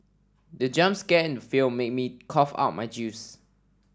the jump scare in the film made me cough out my juice